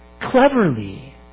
cleverly